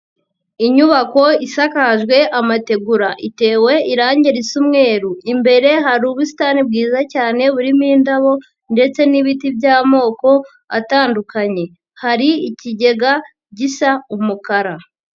Inyubako isakajwe amategura itewe irangi risa umweru, imbere hari ubusitani bwiza cyane burimo indabo ndetse n'ibiti by'amoko atandukanye, hari ikigega gisa umukara.